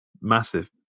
massive